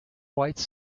white